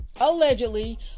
allegedly